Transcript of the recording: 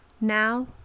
Now